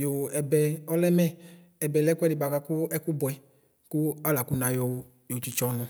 Yʋ ɛbɛ ɔlɛ mɛ ɛbɛlɛ ɛkʋɛdi bʋaka kʋ ɛkʋbʋɛ ku alʋ aksnays tsitso ɔnʋ